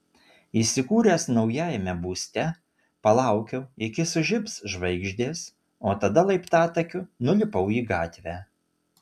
įsikūręs naujajame būste palaukiau iki sužibs žvaigždės o tada laiptatakiu nulipau į gatvę